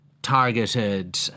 targeted